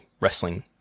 wrestling